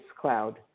cloud